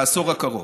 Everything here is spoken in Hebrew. בעשור הקרוב.